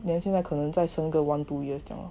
then 现在可能再多一个 one two years lor